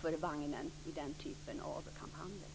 för vagnen i den typen av kampanjer.